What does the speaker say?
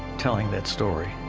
telling that story.